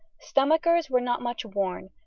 stomachers were not much worn,